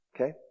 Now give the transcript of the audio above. okay